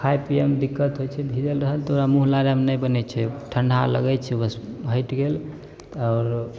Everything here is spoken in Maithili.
खाए पिएमे दिक्कत होइ छै भिजल रहल तऽ ओकरा मुँह लारैमे नहि बनै छै ठण्डा लागै छै बस हटि गेल आओर